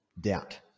doubt